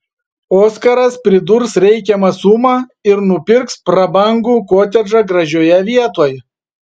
oskaras pridurs reikiamą sumą ir nupirks prabangų kotedžą gražioje vietoj